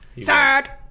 Sad